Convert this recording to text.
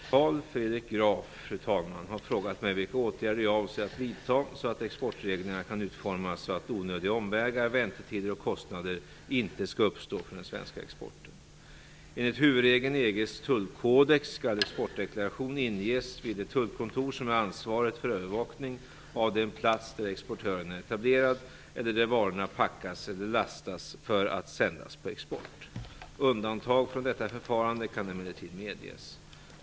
Fru talman! Carl Fredrik Graf har frågat mig vilka åtgärder jag avser att vidta så att exportreglerna kan utformas så att onödiga omvägar, väntetider och kostnader inte skall uppstå för den svenska exporten. Enligt huvudregeln i EG:s tullkodex skall exportdeklaration inges vid det tullkontor som är ansvarigt för övervakning av den plats där exportören är etablerad eller där varorna packas eller lastas för att sändas på export. Undantag från detta förfarande kan emellertid medges.